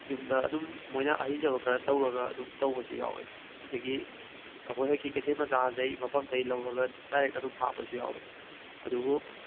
ꯌꯨꯝꯗ ꯑꯗꯨꯝ ꯃꯣꯏꯅ ꯍꯩꯖꯕ ꯈꯔ ꯇꯧꯔꯒ ꯑꯗꯨꯝ ꯇꯧꯕꯁꯨ ꯌꯥꯎꯏ ꯑꯗꯨꯗꯒꯤ ꯑꯩꯈꯣꯏꯒꯤ ꯀꯩꯊꯦꯜ ꯃꯆꯥꯁꯤꯗꯒꯤ ꯃꯐꯝꯁꯤꯗꯒꯤ ꯂꯧꯔꯒ ꯗꯥꯏꯔꯦꯛ ꯑꯗꯨꯝ ꯍꯥꯞꯄꯁꯨ ꯌꯥꯎꯏ ꯑꯗꯨꯕꯨ